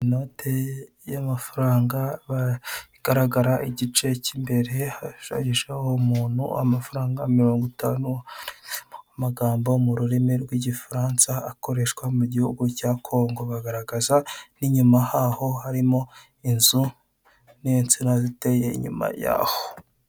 Inote y'amafaranga igaragara igice k'imbere hashushanyijeho umuntu amafaranga mirongo itanu amagambo mu rurimi rw'igifaransa akoreshwa mu gihugu cya Kongo bagaragaza n'inyuma haho harimo inzu n'insina ziteye inyuma yaho.